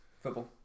Football